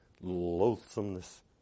loathsomeness